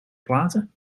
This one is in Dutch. platen